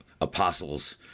apostles